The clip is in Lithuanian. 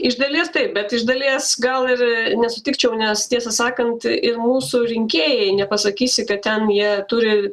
iš dalies taip bet iš dalies gal ir nesutikčiau nes tiesą sakant ir mūsų rinkėjai nepasakysi kad ten jie turi